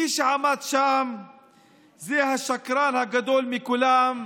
מי שעמד שם זה השקרן הגדול מכולם,